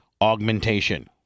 augmentation